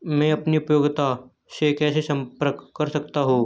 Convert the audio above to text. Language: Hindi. मैं अपनी उपयोगिता से कैसे संपर्क कर सकता हूँ?